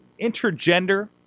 intergender